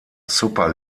super